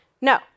No